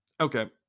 Okay